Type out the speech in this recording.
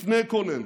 לפני כל אלה,